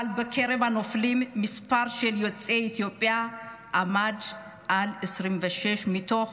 אבל בקרב הנופלים מספר יוצאי אתיופיה עמד על 26 מתוך